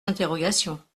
interrogations